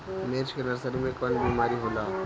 मिर्च के नर्सरी मे कवन बीमारी होला?